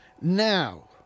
Now